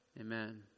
Amen